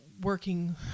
working